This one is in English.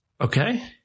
Okay